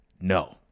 No